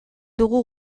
dugu